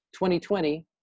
2020